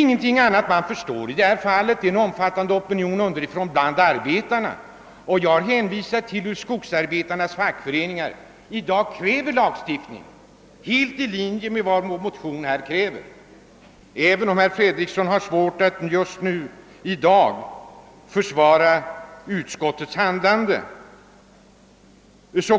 Jag har redan tidigare hänvisat till att skogsarbetarnas fackföreningar i dag kräver lagstiftning helt i linje med den som föreslås i vår motion. Även om herr Fredriksson har svårt att i dag försvara utskottets handlande